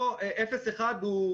אפס עד אחד קילומטר,